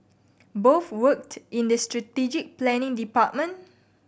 both worked in the strategic planning department